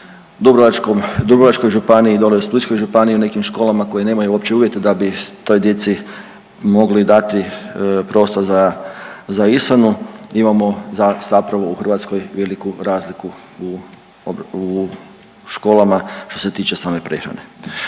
u Splitskoj županiji i u nekim školama koje nemaju uopće uvjete da bi toj djeci mogli dati prostor za, za ishranu, imamo zapravo u Hrvatskoj veliku razliku u školama što se tiče same prehrane.